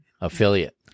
affiliate